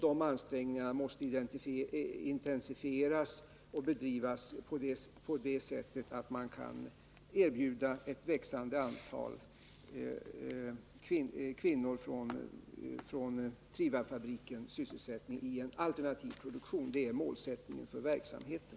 De ansträngningarna måste intensifieras och bedrivas så att man kan erbjuda ett växande antal kvinnor från Trivabfabriken sysselsättning i en alternativ produktion. Det är målsättningen.